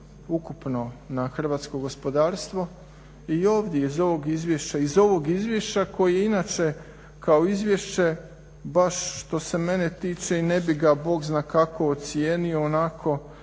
na hrvatsko gospodarstvo. I ovdje iz ovog izvješća, iz ovog izvješća koji je inače kao izvješće baš što se mene tiče i ne bi ga bog zna kako ocijenio onako,